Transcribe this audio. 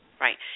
Right